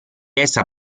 essa